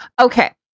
Okay